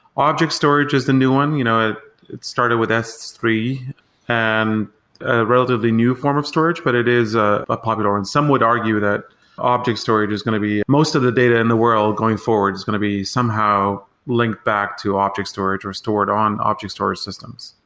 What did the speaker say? object storage is the new one. you know it it started with s three and a relatively new form of storage, but it is ah ah popular and some would argue that object storage is going to be most of the data in the world going forward is going to be somehow linked back to object storage or store it on objects storage systems.